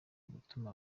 gutuma